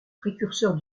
précurseurs